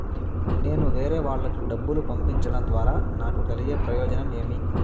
నేను వేరేవాళ్లకు డబ్బులు పంపించడం ద్వారా నాకు కలిగే ప్రయోజనం ఏమి?